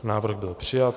Návrh byl přijat.